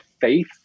faith